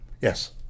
Yes